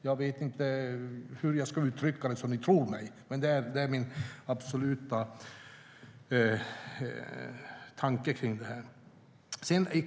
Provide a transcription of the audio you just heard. Jag vet inte hur jag ska uttrycka det så att ni tror mig, men det är min absoluta tanke kring detta.